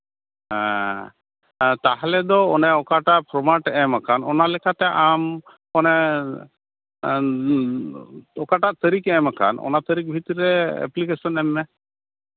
ᱦᱮᱸ ᱛᱟᱦᱞᱮ ᱫᱚ ᱚᱱᱮ ᱚᱠᱟᱴᱟᱜ ᱯᱷᱚᱨᱢᱮᱴ ᱮᱢ ᱟᱠᱟᱱ ᱚᱱᱟ ᱞᱮᱠᱟᱛᱮ ᱟᱢ ᱚᱱᱮ ᱚᱠᱟᱴᱟᱜ ᱛᱟᱹᱨᱤᱠᱷ ᱮᱢ ᱟᱠᱟᱱ ᱚᱱᱟ ᱛᱟᱹᱨᱤᱠᱷ ᱵᱷᱤᱛᱨᱤ ᱨᱮ ᱮᱯᱞᱤᱠᱮᱥᱚᱱ ᱮᱢ ᱢᱮ